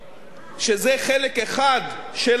שזה חלק אחד של התקציב,